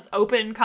open